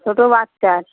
ছোটো বাচ্চার